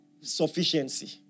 sufficiency